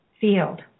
field